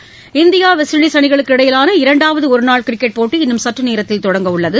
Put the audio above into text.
விளைபாட்டுச் செய்கிகள் India West Indies அணிகளுக்கு இடையிலான இரண்டாவது ஒருநாள் கிரிக்கெட் போட்டி இன்னும் சற்றுநேரத்தில் தொடங்கவுள்ளது